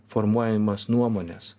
formuojamas nuomonės